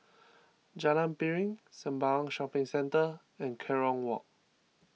Jalan Piring Sembawang Shopping Centre and Kerong Walk